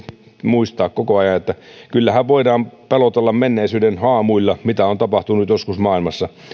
muistaa koko ajan kyllähän voidaan pelotella menneisyyden haamuilla mitä on tapahtunut joskus maailmassa